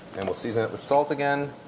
and we'll season it with salt again.